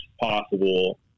possible